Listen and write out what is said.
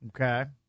Okay